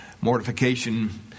Mortification